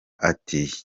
ati